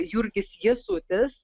jurgis jasutis